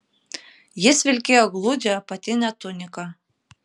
jis vilkėjo gludžią apatinę tuniką